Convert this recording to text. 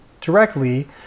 directly